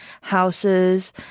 houses